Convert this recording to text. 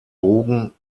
bogen